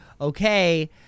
okay